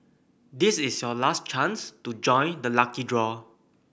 this is your last chance to join the lucky draw